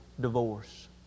divorce